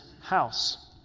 house